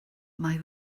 mae